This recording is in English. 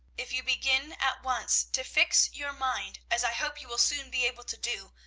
if you begin at once to fix your mind, as i hope you will soon be able to do,